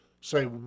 say